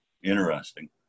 interesting